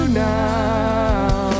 now